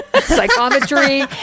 psychometry